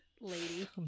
Lady